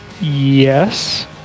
Yes